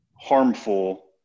harmful